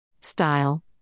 style